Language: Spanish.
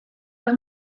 las